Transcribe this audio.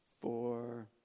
four